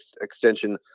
extension